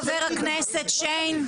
חבר הכנסת שיין.